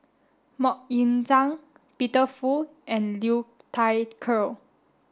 Mok Ying Jang Peter Fu and Liu Thai Ker